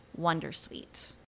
Wondersuite